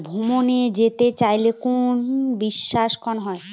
ভ্রমণে যেতে চাইলে কোনো বিশেষ ঋণ হয়?